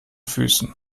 füßen